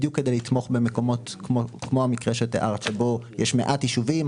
בדיוק כדי לתמוך במקומות כמו המקרה שתיארת שבו יש מעט יישובים,